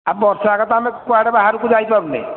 ଆ ବର୍ଷଯାକ ତ ଆମେ କୁଆଡ଼େ ବାହାରକୁ ଯାଇପାରୁନେ